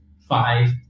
five